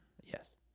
Yes